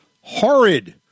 horrid